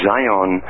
Zion